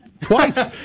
twice